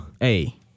Hey